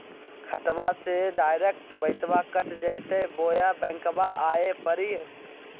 खाताबा से डायरेक्ट पैसबा कट जयते बोया बंकबा आए परी?